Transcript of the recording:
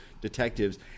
detectives